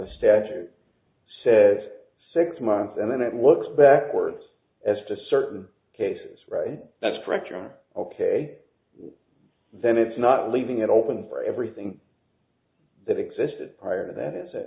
the statute says six months and then it looks backwards as to certain cases right that's correct room ok then it's not leaving it open for everything that existed prior to that is